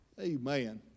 Amen